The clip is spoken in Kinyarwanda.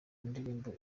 ndirimbo